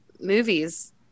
movies